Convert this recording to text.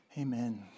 Amen